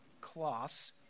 cloths